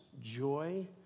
joy